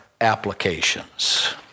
applications